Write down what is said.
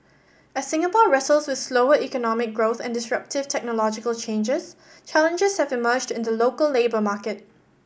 as Singapore wrestles with slower economic growth and disruptive technological changes challenges have emerged in the local labour market